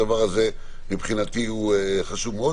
הדבר הזה מבחינתי הוא חשוב מאוד,